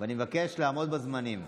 אני מבקש לעמוד בזמנים.